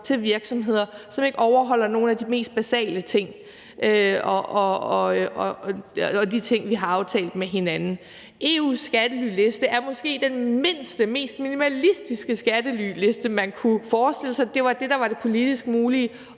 til virksomheder, som ikke overholder nogle af de mest basale ting og de ting, vi har aftalt med hinanden. EU's skattelyliste er måske den mindste, den mest minimalistiske, skattelyliste, man kunne forestille sig, men det var det, der var det politisk mulige,